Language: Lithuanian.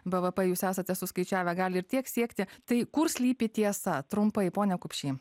bvp jūs esate suskaičiavę gali ir tiek siekti tai kur slypi tiesa trumpai pone kupšį